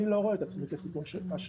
אני לא רואה את עצמי כסיכון אשראי.